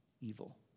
evil